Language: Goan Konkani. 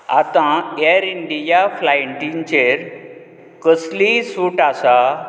आतां ऍर इंडिया फ्लायटींचेर कसलीय सूट आसा